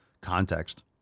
context